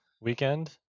weekend